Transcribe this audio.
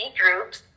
groups